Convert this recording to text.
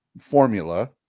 formula